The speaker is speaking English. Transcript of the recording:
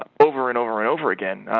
um over and over and over again